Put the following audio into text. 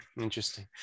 Interesting